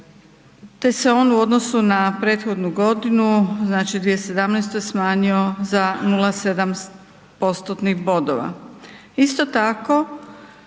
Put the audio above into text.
te se on u odnosu na prethodnu godinu, znači 2017.-tu, smanjio za 0,7 postotnih bodova. Isto tako